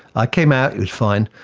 i came out, it was fine,